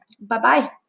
bye-bye